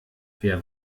wer